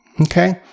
Okay